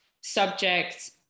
subjects